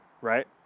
right